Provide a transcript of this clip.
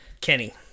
Kenny